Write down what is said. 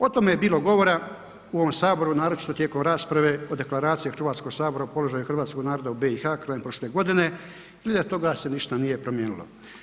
O tome je bilo govora u ovom saboru naročito tijekom rasprave o deklaraciji Hrvatskog sabora o položaju hrvatskog naroda u BiH krajem prošle godine ili od toga se ništa nije promijenilo.